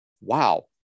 wow